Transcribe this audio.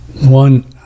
one